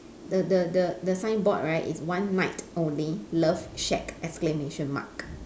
the the the the signboard right is one night only love shack exclamation mark